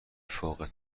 فوق